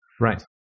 right